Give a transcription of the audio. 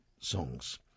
songs